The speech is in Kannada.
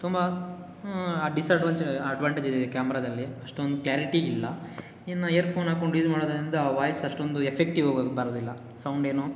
ತುಂಬ ಅ ಡಿಸ್ಅಡ್ವಾಂಟೇ ಅಡ್ವಾಂಟೇಜ್ ಇದೆ ಕ್ಯಾಮ್ರಾದಲ್ಲಿ ಅಷ್ಟೊಂದು ಕ್ಲಾರಿಟಿ ಇಲ್ಲ ಇನ್ನು ಇಯರ್ಫೋನ್ ಹಾಕ್ಕೊಂಡು ಯೂಸ್ ಮಾಡೋದರಿಂದ ವಾಯ್ಸ್ ಅಷ್ಟೊಂದು ಎಫೆಕ್ಟಿವ್ ಆಗಿ ಬರೋದಿಲ್ಲ ಸೌಂಡೇನೂ